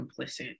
complicit